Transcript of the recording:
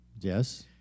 Yes